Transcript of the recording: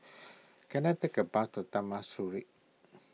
can I take a bus to Taman Sireh